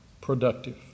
productive